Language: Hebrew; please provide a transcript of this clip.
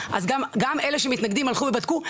אז גם אלה שמתנגדים הלכו ובדקו,